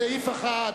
בסעיף 1,